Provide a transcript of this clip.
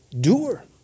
doer